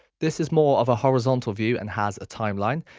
this is more of a horizontal view and has a timeline.